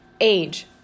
Age